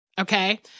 okay